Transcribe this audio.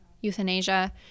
euthanasia